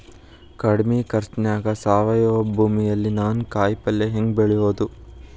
ಕಡಮಿ ಖರ್ಚನ್ಯಾಗ್ ಸಾವಯವ ಭೂಮಿಯಲ್ಲಿ ನಾನ್ ಕಾಯಿಪಲ್ಲೆ ಹೆಂಗ್ ಬೆಳಿಯೋದ್?